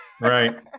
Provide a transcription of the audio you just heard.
Right